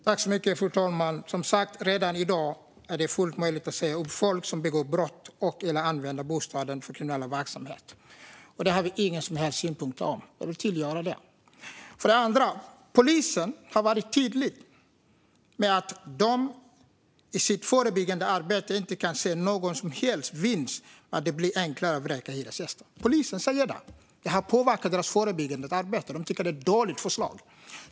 Fru talman! För det första är det som sagt redan i dag fullt möjligt att säga upp hyresgäster som begår brott och/eller använder bostaden för kriminell verksamhet, och det har vi inga som helst synpunkter på. Jag vill tydliggöra det. För det andra har polisen varit tydlig med att de i sitt förebyggande arbete inte kan se någon som helst vinst med att det blir enklare att vräka hyresgäster. Polisen säger det. Det här påverkar deras förebyggande arbete. De tycker att det är ett dåligt förslag.